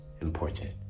important